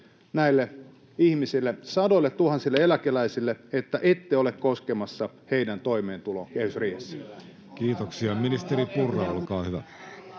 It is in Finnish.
näille ihmisille, sadoilletuhansille eläkeläisille, että ette ole koskemassa heidän toimeentuloonsa kehysriihessä? Kiitoksia. — Ministeri Purra, olkaa hyvä.